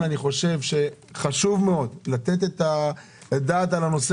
אני חושב שחשוב מאוד לתת את הדעת על הנושא